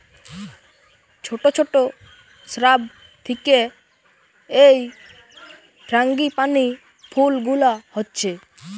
ছোট ছোট শ্রাব থিকে এই ফ্রাঙ্গিপানি ফুল গুলা হচ্ছে